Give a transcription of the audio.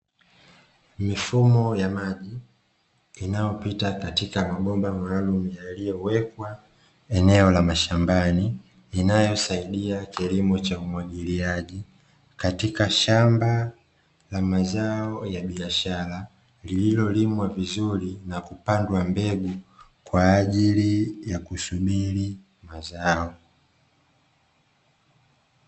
Mifumo ya maji inayopita katika mabomba maalumu yaliyoweka eneo la mashambani inayosaidia kilimo cha umwagiliaji katika shamba la mazao ya biashara lililolimwa vizuri na kupandwa vizuri kwa ajili ya kusubiri mazao.